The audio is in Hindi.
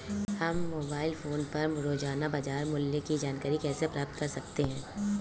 हम मोबाइल फोन पर रोजाना बाजार मूल्य की जानकारी कैसे प्राप्त कर सकते हैं?